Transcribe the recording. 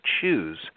choose